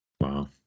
Wow